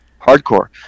hardcore